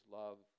love